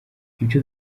ibyo